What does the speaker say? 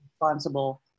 responsible